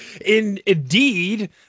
Indeed